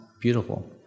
Beautiful